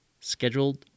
scheduled